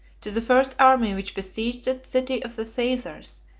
to the first army which besieged the city of the caesars,